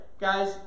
guys